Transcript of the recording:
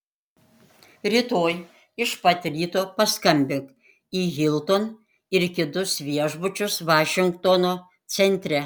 rytoj iš pat ryto paskambink į hilton ir kitus viešbučius vašingtono centre